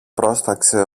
πρόσταξε